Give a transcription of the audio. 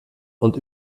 und